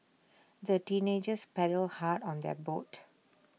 the teenagers paddled hard on their boat